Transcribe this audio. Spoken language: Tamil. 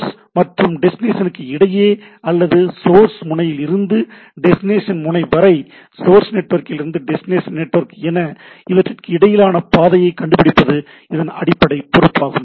சோர்ஸ் மற்றும் டெஸ்ட்டிநேஷனுக்கு இடையே அல்லது சோர்ஸ் முனையில் இருந்து டெஸ்டினேஷன் முனை வரை சோர்ஸ் நெட்வொர்க்கிலிருந்து டெஸ்டினேஷன் நெட்வொர்க் என இவற்றிற்கு இடையிலான பாதையை கண்டுபிடிப்பது இதன் அடிப்படை பொறுப்பாகும்